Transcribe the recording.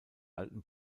alten